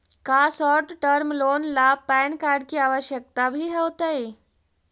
का short term loan ला PAN card की आवश्यकता भी होतइ